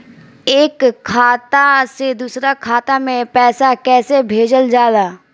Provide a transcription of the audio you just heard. एक खाता से दूसरा खाता में पैसा कइसे भेजल जाला?